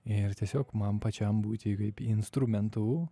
ir tiesiog man pačiam būti kaip instrumentu